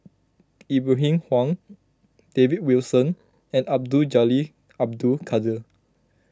Ibrahim Awang David Wilson and Abdul Jalil Abdul Kadir